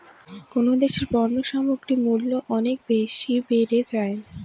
কোন দেশে পণ্য সামগ্রীর মূল্য অনেক বেশি বেড়ে যায়?